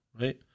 right